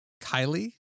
Kylie